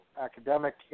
academic